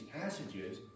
passages